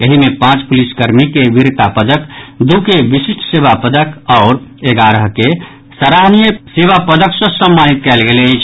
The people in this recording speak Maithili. एहि मे पांच पुलिस कर्मी के वीरता पदक दू के विशिष्ट सेवा पदक आओर एगारह के सराहनीय सेवा पदक सँ सम्मानित कयल गेल अछि